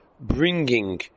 bringing